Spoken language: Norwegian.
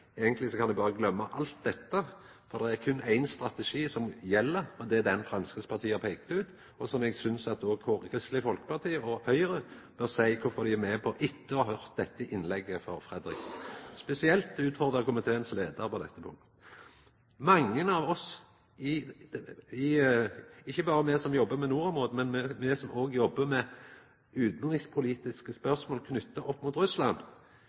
eigentleg kan eg berre gløyma alt dette, for det er berre ein strategi som gjeld, og det er den Framstegspartiet har peikt ut. Eg synest at både Kristeleg Folkeparti og Høgre bør seia kvifor dei er med på dette – etter å ha høyrt innlegget frå Fredriksen. Spesielt utfordrar eg komiteen sin leiar på dette punktet. Mange av oss – ikkje berre me som jobbar med nordområda, men òg dei som jobbar med utanrikspolitiske spørsmål knytte opp mot Russland